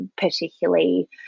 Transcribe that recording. particularly